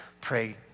pray